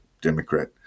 Democrat